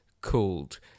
called